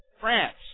France